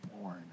born